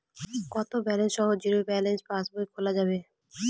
কত ব্যালেন্স সহ zero balance পাসবই খোলা যাবে?